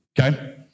okay